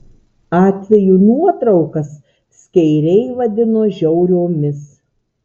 atvejų nuotraukas skeiriai vadino žiauriomis